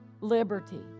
liberty